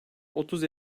otuz